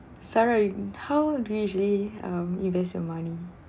sarah y~ how do usually um invest your money